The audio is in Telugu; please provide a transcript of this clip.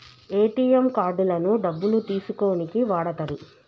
ఏటీఎం కార్డులను డబ్బులు తీసుకోనీకి వాడతరు